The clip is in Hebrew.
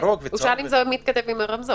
הוא שאל אם זה מתכתב עם הרמזור.